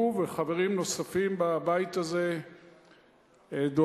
שהוא וחברים נוספים בבית הזה דואגים,